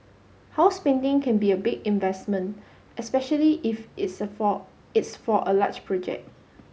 house painting can be a big investment especially if it's for it's for a large project